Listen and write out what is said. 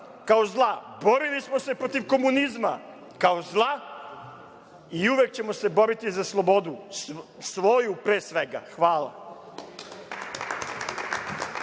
kao zla, borili smo se protiv komunizma kao zla, i uvek ćemo se boriti za slobodu, svoju pre svega. Hvala.